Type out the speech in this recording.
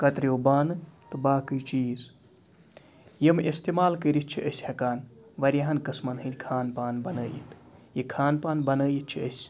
کَتریوٗ بانہٕ تہٕ باقٕے چیٖز یِم اِستعمال کٔرِتھ چھِ أسۍ ہیٚکان واریاہَن قٕسمَن ہنٛدۍ کھان پان بَنٲیِتھ یہِ کھان پان بَنٲیِتھ چھِ أسۍ